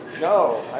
No